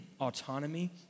autonomy